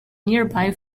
nearby